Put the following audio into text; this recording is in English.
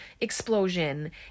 explosion